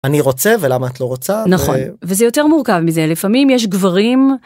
אני רוצה ולמה את לא רוצה. נכון וזה יותר מורכב מזה לפעמים יש גברים.